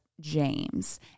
James